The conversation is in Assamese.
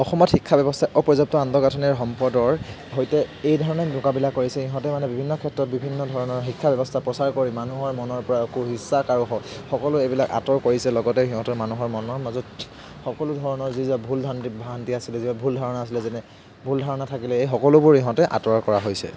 অসমত শিক্ষা ব্য়ৱস্থাই অপৰ্যাপ্ত আন্তঃগাঁথনি আৰু সম্পদৰ সৈতে এই ধৰণে মোকাবিলা কৰিছে ইহঁতে মানে বিভিন্ন ক্ষেত্ৰত বিভিন্ন ধৰণৰ শিক্ষা ব্য়ৱস্থাৰ প্ৰচাৰ কৰি মানুহৰ মনৰপৰা কু ইচ্ছা সকলো এইবিলাক আঁতৰ কৰিছে আৰু লগতে সিহঁতে মানুহৰ মনৰ মাজত সকলো ধৰণৰ যি ভুল ভ্ৰান্তি ভ্ৰান্তি আছিলে ভুল ধাৰণা আছিলে যেনে ভুল ধাৰণা থাকিলেই এই সকলোবোৰ ইহঁতে আঁতৰ কৰা হৈছে